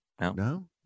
no